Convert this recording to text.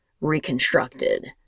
reconstructed